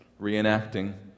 reenacting